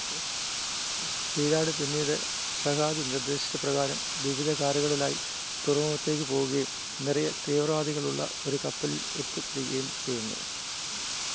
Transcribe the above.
വിരാട് പിന്നീട് ഷഹാദ് നിർദ്ദേശിച്ച പ്രകാരം വിവിധ കാറുകളിലായി തുറമുഖത്തേക്ക് പോവുകയും നിറയെ തീവ്രവാദികളുള്ള ഒരു കപ്പലിൽ എത്തിപ്പെടുകയും ചെയ്യുന്നു